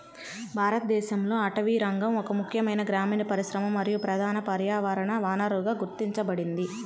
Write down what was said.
భారతదేశంలో అటవీరంగం ఒక ముఖ్యమైన గ్రామీణ పరిశ్రమ మరియు ప్రధాన పర్యావరణ వనరుగా గుర్తించబడింది